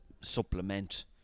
supplement